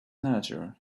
nature